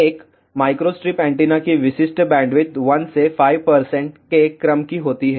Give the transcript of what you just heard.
एक microstrip antenna की विशिष्ट बैंडविड्थ 1 से 5 के क्रम की होती है